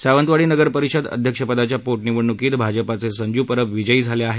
सावंतवाडी नगर परिषद अध्यक्षपदाच्या पोर्निवडणुकीत भाजपचे संजू परब विजयी झाले आहेत